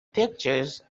pictures